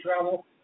travel